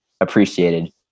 appreciated